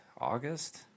August